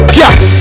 yes